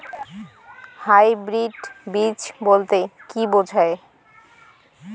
Hybrid বীজ বলতে কী বোঝায়?